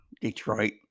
Detroit